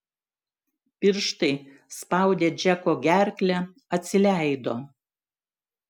pirštai spaudę džeko gerklę atsileido